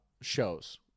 shows